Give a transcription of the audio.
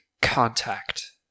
contact